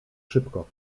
szybko